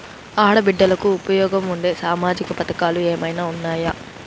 ఆడ బిడ్డలకు ఉపయోగం ఉండే సామాజిక పథకాలు ఏమైనా ఉన్నాయా?